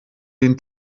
den